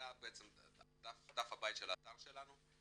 זה בעצם דף הבית של האתר שלנו,